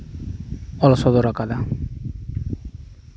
ᱚᱞ ᱥᱚᱫᱚᱨ ᱟᱠᱟᱫᱟ